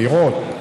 צעירות,